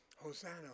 Hosanna